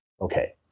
Okay